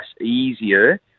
easier